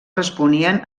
responien